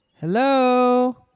Hello